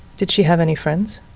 did she have any friends?